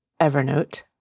Evernote